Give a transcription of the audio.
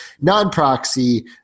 Non-proxy